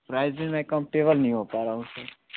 price में मै comfortable नहीं हो पा रहा हूँ सर